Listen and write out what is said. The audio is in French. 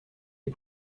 les